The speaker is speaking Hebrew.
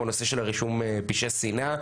הוא הנושא של הרישום של פשעי שנאה,